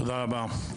תודה רבה.